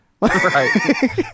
right